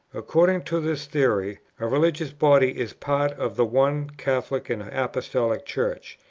according to this theory, a religious body is part of the one catholic and apostolic church,